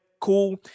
cool